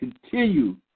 continue